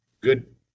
good